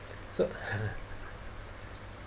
so